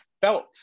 felt